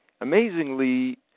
amazingly